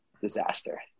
Disaster